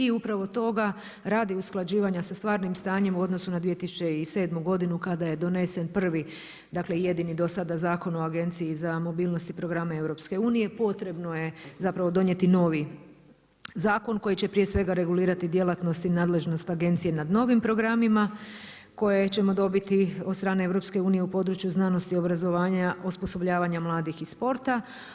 I upravo toga radi usklađivanja sa stvarnim stanjem u odnosu na 2007. godinu kada je donesen prvi, dakle i jedini do sada Zakon o Agenciji za mobilnost i programe EU potrebno je zapravo donijeti novi Zakon koji će prije svega regulirati djelatnosti i nadležnost agencije nad novim programima koje ćemo dobiti od strane EU u području znanosti i obrazovanja, osposobljavanja mladih i sporta.